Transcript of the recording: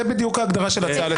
זו בדיוק ההגדרה של הצעה לסדר.